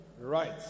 Right